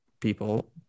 people